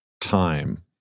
time